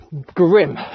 grim